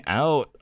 out